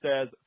says